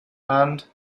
and